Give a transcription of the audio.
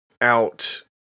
out